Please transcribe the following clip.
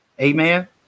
Amen